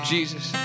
Jesus